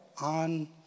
on